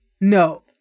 no